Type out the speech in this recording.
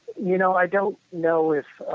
you know, i don't know if